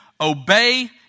obey